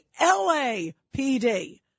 LAPD